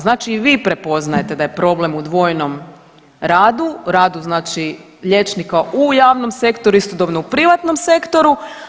Znači i vi prepoznajete da je problem u dvojnom radu, radu znači liječnika u javnom sektoru istodobno u privatnom sektoru.